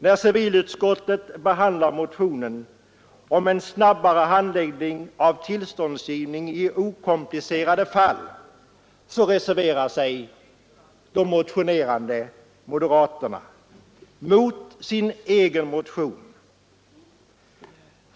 När civilutskottet behandlar motionen om en snabbare handläggning av tillståndsgivningen i okomplicerade fall reserverar sig de motionerande moderaterna mot sin egen motion.